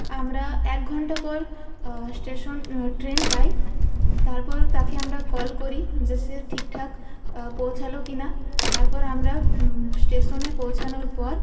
আমরা এক ঘণ্টা পর স্টেশন ট্রেন পাই তারপর তাকে আমরা কল করি যে সে ঠিকঠাক পৌঁছলো কিনা তারপর আমরা স্টেশনে পৌঁছানোর পর